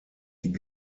die